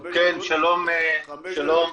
חמש דקות לרשותך.